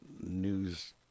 news